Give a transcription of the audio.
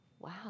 wow